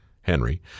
Henry